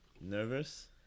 nervous